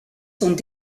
sont